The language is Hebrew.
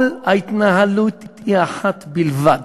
כל ההתנהלות היא אחת בלבד: